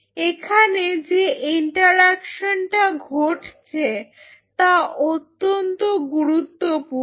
এখানে যে ইন্টারঅ্যাকশনটা ঘটছে তা অত্যন্ত গুরুত্বপূর্ণ